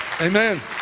Amen